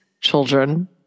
children